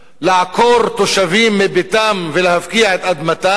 לעקור תושבים מביתם ולהפקיע את אדמתם,